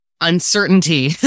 uncertainty